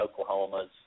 Oklahomas